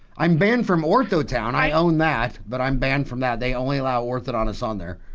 i'm banned from orthotown i own that but i'm banned from that they only allow orthodontists on there.